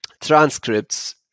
transcripts